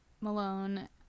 Malone